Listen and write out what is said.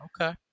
Okay